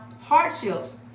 hardships